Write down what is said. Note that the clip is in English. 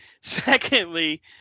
Secondly